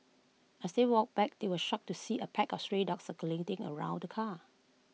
as they walked back they were shocked to see A pack of stray dogs circling around the car